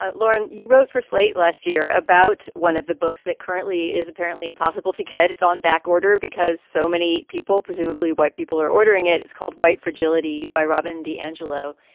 ah lauren, you wrote for slate last year about one of the books that currently is apparently impossible to get. it's on back order because so many people, presumably white people, are ordering it. it's called white fragility fragility by robin d'angelo.